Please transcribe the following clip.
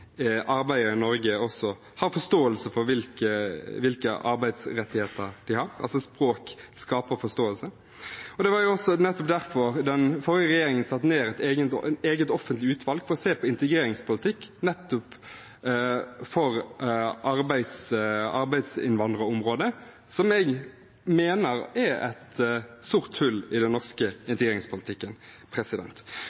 i Norge, har forståelse for hvilke arbeidsrettigheter de har. Språk skaper forståelse. Det var også derfor den forrige regjeringen satte ned et eget offentlig utvalg for å se på integreringspolitikk på arbeidsinnvandringsområdet, som jeg mener er et sort hull i den norske